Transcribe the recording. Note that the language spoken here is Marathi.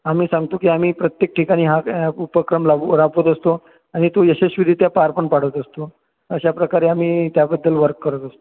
आम्ही सांगतो कि आम्ही प्रत्येक ठिकाणी हा उपक्रम राबवू राबवत असतो आणि तो यशस्वीरीत्या पार पण पाडत असतो अशा प्रकारे आम्ही त्याबद्दल वर्क करत असतो